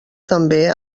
també